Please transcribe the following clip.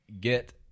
get